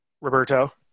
Roberto